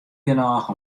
genôch